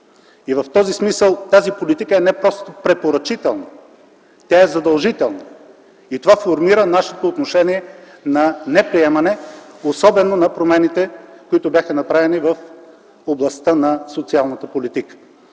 В този смисъл тази политика е не просто препоръчителна, тя е задължителна и това формира нашето отношение на неприемане, особено на промените, които бяха направени в областта на социалната политика.